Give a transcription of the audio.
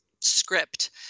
script